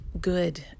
good